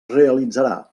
realitzarà